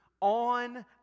on